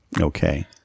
Okay